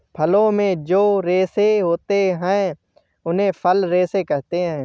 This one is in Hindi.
फलों में जो रेशे होते हैं उन्हें फल रेशे कहते है